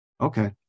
Okay